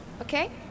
okay